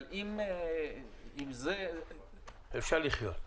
אבל עם זה --- אפשר לחיות.